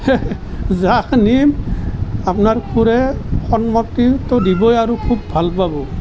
যাক নিম আপোনাৰ খুৰা সন্মতিতো দিবই আৰু খুব ভাল পাব